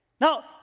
Now